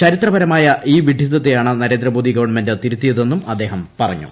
ചരിത്രപരമായ ഈ വിഡ്സിത്തത്തെയാണ് നര്യ്യേന്ദ് മോദി ഗവൺമെന്റ് തിരുത്തിയതെന്നും അദ്ദേഹം പറഞ്ഞു